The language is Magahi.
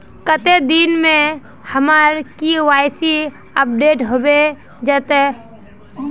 कते दिन में हमर के.वाई.सी अपडेट होबे जयते?